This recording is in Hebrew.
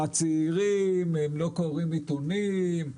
הצעירים לא קוראים עיתונים.